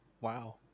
Wow